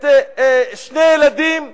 את שני הילדים מנצרת,